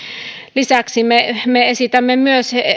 lisäksi me me toivomme myös